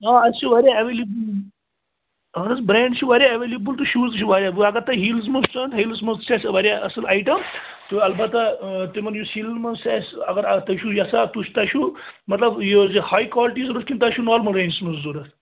آ اَسہِ چھِ واریاہ اٮ۪ویلیبٕل اہن حظ برٛینٛڈ چھِ واریاہ اٮ۪ویلیبٕل تہٕ شوٗز تہِ چھِ ورایاہ وۄنۍ اگر تۄہہِ ہیٖلٕز منٛز ہیٖلس منٛز تہِ چھُ اَسہِ واریاہ اصٕل اَیٹم تہٕ البتہ تِمن یُس ہیٖلَن منٛز چھُ اَسہِ اگر آ تُہۍ چھِو یژھان تۄہہِ چھُو مطلب یہِ زِ ہاے کالٹی ضوٚرَتھ کِنہٕ تۄہہِ چھُو نارمل رینجَس منٛز ضوٚرتھ